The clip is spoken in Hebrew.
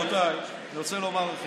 נכון, בזה אני מסכים איתך.